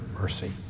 mercy